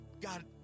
God